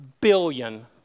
billion